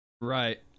right